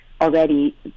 already